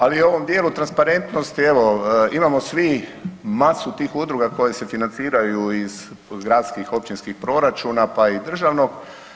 Ali u ovom dijelu transparentnosti evo imamo svi masu tih udruga koje se financiraju iz gradskih, općinskih proračuna pa i državnog.